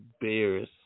Bears